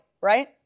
right